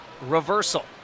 Reversal